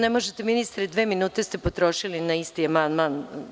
Ne možete ministre, dve minute ste potrošili na isti amandman.